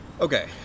Okay